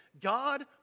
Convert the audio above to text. God